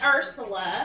Ursula